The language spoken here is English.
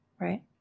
Right